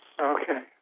Okay